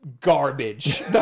garbage